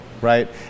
right